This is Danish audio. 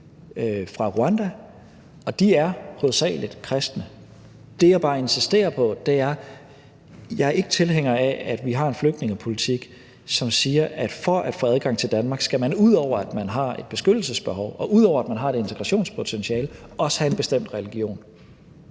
fra Rwanda, og de er hovedsagelig kristne. Det, jeg bare insisterer på, er, at jeg ikke er tilhænger af, at vi har en flygtningepolitik, som siger, at for at få adgang til Danmark, skal man, ud over at man har et beskyttelsesbehov, og ud over at man har et integrationspotentiale, også have en bestemt religion.